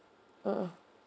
mmhmm